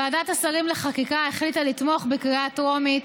ועדת השרים לחקיקה החליטה לתמוך בקריאה טרומית,